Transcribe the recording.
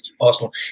Arsenal